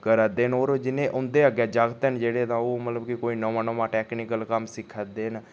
करै दे न होर जिन्ने उं'दे अग्गें जागत जेह्ड़े तां ओह् मतलब कोई नमां नमां टेक्निकली कम्म सिक्खै दे न